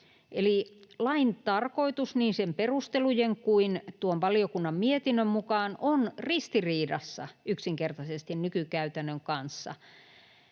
lain tarkoitus niin sen perustelujen kuin tuon valiokunnan mietinnön mukaan on yksinkertaisesti ristiriidassa nykykäytännön kanssa,